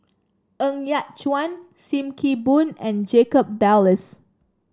Ng Yat Chuan Sim Kee Boon and Jacob Ballas